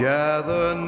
gather